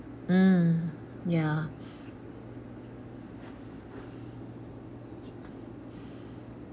mm ya